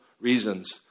reasons